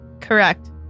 Correct